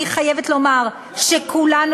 אני חייבת לומר שכולנו,